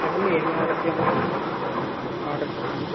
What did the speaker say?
చెప్పండి ఏం ఆర్డర్ చేయమంటారండి ఆర్డర్ చెప్పండి